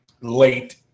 late